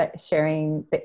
sharing